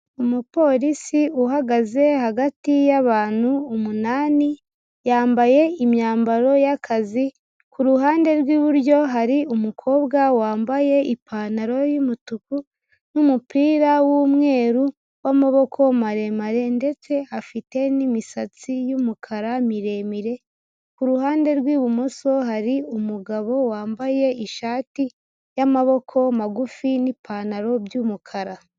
Umupolisi uhagaze hagati y'abantu umunani yambaye imyambaro y'akazi, ku ruhande rw'iburyo hari umukobwa wambaye ipantaro y'umutuku n'umupira w'umweru w'amaboko maremare ndetse afite n'imisatsi y'umukara miremire, ku ruhande rw'ibumoso hari umugabo wambaye ishati y'amaboko magufi n'ipantaro by'umukara.